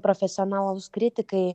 profesionalūs kritikai